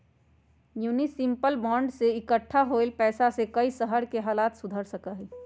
municipal bond से इक्कठा होल पैसा से कई शहर के हालत सुधर सका हई